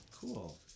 Cool